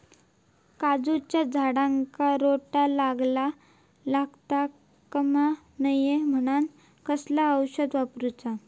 काजूच्या झाडांका रोटो लागता कमा नये म्हनान कसला औषध वापरूचा?